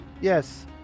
Yes